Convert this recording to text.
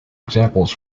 examples